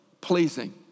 pleasing